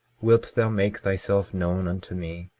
wilt thou make thyself known unto me,